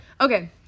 Okay